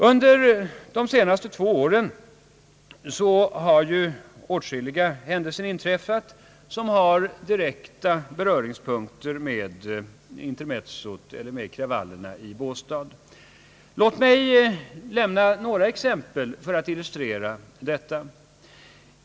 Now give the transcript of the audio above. Under de senaste två åren har åtskilliga händelser inträffat som har direkta beröringspunkter med kravallerna i Båstad. Låt mig nämna några exempel för att illustrera detta.